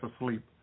asleep